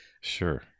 Sure